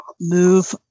move